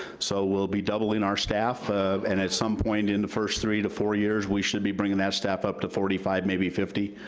so we'll be doubling our staff and at some point in the first three to four years, we should be bringing that staff up to forty five, maybe fifty.